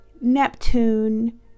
Neptune